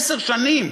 עשר שנים.